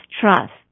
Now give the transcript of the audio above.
trust